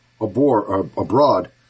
abroad